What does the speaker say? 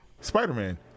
Spider-Man